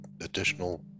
additional